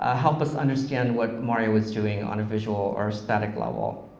ah help us understand what mario was doing on a visual or aesthetic level,